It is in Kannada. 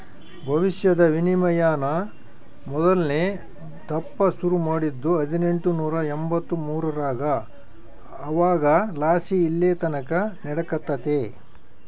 ಭವಿಷ್ಯದ ವಿನಿಮಯಾನ ಮೊದಲ್ನೇ ದಪ್ಪ ಶುರು ಮಾಡಿದ್ದು ಹದಿನೆಂಟುನೂರ ಎಂಬಂತ್ತು ಮೂರರಾಗ ಅವಾಗಲಾಸಿ ಇಲ್ಲೆತಕನ ನಡೆಕತ್ತೆತೆ